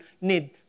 need